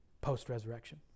Post-resurrection